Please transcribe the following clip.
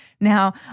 Now